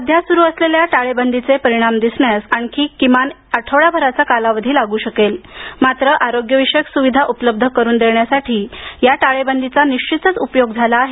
सध्या सुरु असलेल्या टाळेबंदीचे परिणाम दिसण्यास आणखी किमान आठवडाभराचा कालावधी लागू शकेल मात्र आरोग्य विषयक सुविधा उपलब्ध करून देण्यासाठी या टाळेबंदीचा निश्चितच उपयोग झाला आहे